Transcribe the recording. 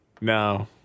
No